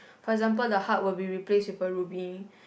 for example the heart will be replaced with a ruby